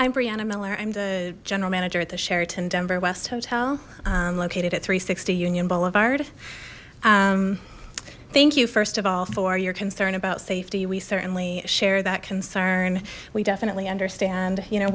miller i'm the general manager at the sheraton denver west hotel located at three hundred and sixty union boulevard thank you first of all for your concern about safety we certainly share that concern we definitely understand you know